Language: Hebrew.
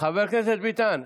הרסת את הגשרים,